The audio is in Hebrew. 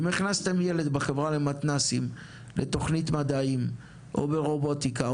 אם הכנסתם ילד בחברה למתנסים לתכנית מדעים או ברובוטיקה,